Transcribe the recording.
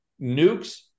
nukes